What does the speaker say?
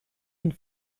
une